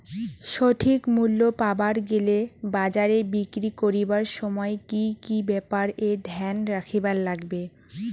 সঠিক মূল্য পাবার গেলে বাজারে বিক্রি করিবার সময় কি কি ব্যাপার এ ধ্যান রাখিবার লাগবে?